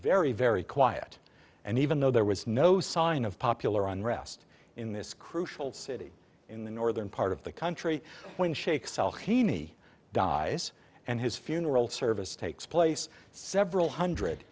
very very quiet and even though there was no sign of popular unrest in this crucial city in the northern part of the country when shaikh salhani dies and his funeral service takes place several hundred